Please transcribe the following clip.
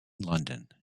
london